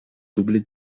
double